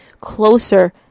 closer